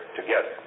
together